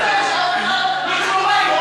אני צריך להתנצל שאף אחד מקרובי לא